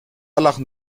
lachen